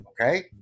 Okay